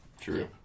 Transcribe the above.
True